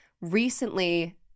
recently